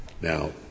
Now-